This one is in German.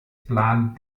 plan